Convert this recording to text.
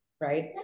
Right